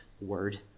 word